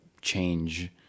change